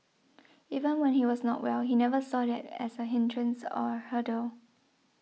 even when he was not well he never saw that as a hindrance or a hurdle